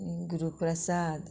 Guruprasad